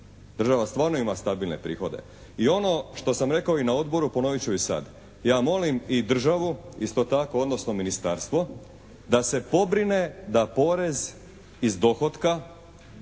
Država stvarno ima stabilne prihode. I ono što sam rekao na odboru ponovit ću i sad. Ja molim i državu isto tako odnosno ministarstvo da se pobrine da porez iz dohotka